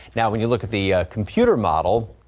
now when you look at the computer model.